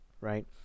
right